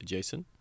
Jason